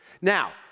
Now